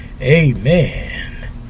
Amen